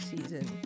season